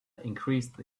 increased